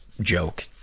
joke